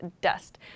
dust